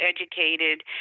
educated